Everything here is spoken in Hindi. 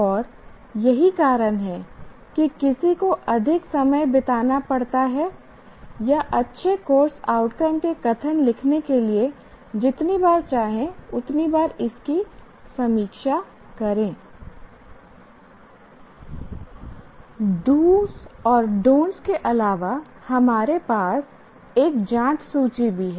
और यही कारण है कि किसी को अधिक समय बिताना पड़ता है या अच्छे कोर्स आउटकम के कथन लिखने के लिए जितनी बार चाहें उतनी बार इसकी समीक्षा करेI डूस do's और डॉनट् don't के अलावा हमारे पास एक जांच सूची भी है